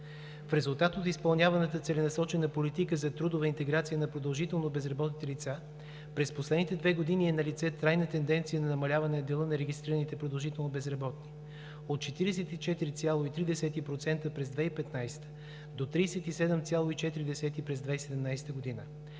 В резултат от изпълняваната целенасочена политика за трудова интеграция на продължително безработните лица през последните две години е налице трайна тенденция на намаляване дела на регистрираните продължително безработни – от 44,3% през 2015 до 37,4% през 2017 г.